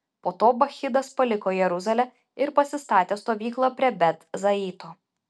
po to bakchidas paliko jeruzalę ir pasistatė stovyklą prie bet zaito